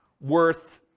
worth